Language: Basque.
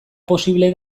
posible